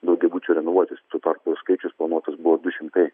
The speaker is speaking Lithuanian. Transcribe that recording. daugiabučių renovuotis tuo tarpu skaičius planuotas buvo du šimtai